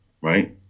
Right